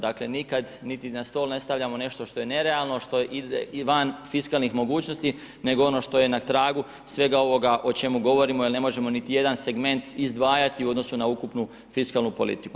Dakle, nikada niti na stol ne stavljamo nešto što je nerealno, što ide i van fiskalnih mogućnost, nego ono što je na tragu, svega onoga o čemu govorimo, je ne možemo niti jedan segment izdvajati u odnosu na ukupnu fiskalnu politiku.